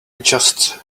just